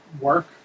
Work